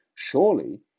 Surely